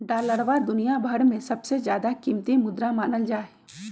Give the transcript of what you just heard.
डालरवा दुनिया भर में सबसे ज्यादा कीमती मुद्रा मानल जाहई